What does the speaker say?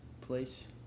place